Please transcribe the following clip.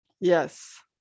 Yes